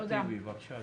אחמד טיבי, בבקשה.